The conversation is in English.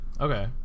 Okay